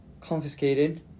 confiscated